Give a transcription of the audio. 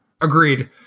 Agreed